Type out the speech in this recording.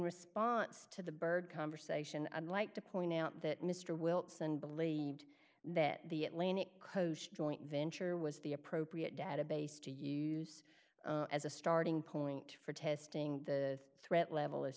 response to the bird conversation i'd like to point out that mr wilson believed that the atlantic coast joint venture was the appropriate database to use as a starting point for testing the threat level